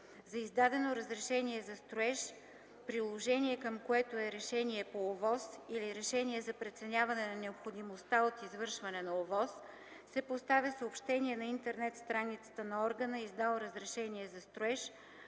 За издадено разрешение за строеж, приложение към което е решение по ОВОС или решение за преценяване на необходимостта от извършване на ОВОС, се поставя съобщение на интернет страницата на органа, издал разрешение за строеж,